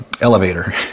elevator